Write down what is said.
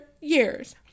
years